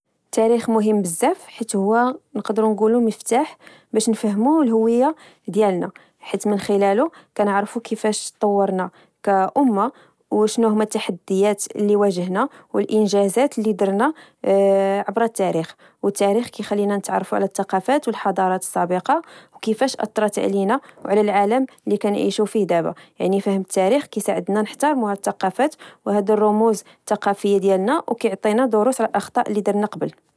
التاريخ مهم بزاف حيت هو نقدرو نقولو مفتاح باش نفهمو لهوية ديالنا حيت من خلاله كنعرفو كيفاش طورنا وشنو هما تحديات اللي واجهنا والانجازات اللي درنا عبر التاريخ والتاريخ كيخلينا نتعرفو على الثقافات والحضارات السابقه وكيفاش اثرت علينا وعلى العالم اللي كانيعيشو فيه دابا يعني فهم التاريخ يساعدنا نحترمو الثقافات والرموز الثقافية ديالنا ويعطينا دروس الاخطاء اللي درنا قبل